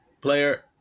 player